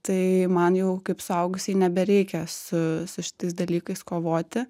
tai man jau kaip suaugusiai nebereikia su su šitais dalykais kovoti